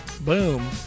Boom